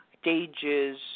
stages